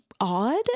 odd